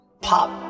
pop